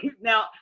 now